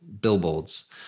billboards